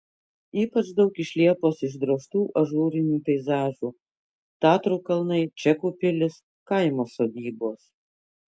ypač daug iš liepos išdrožtų ažūrinių peizažų tatrų kalnai čekų pilys kaimo sodybos